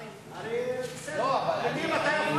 הרי בסדר, במלים אתה יכול